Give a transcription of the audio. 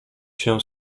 się